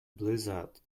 blizzard